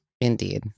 Indeed